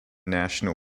national